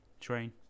train